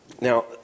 Now